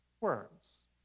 words